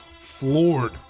floored